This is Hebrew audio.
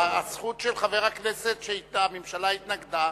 הזכות של חבר הכנסת, כשהממשלה התנגדה,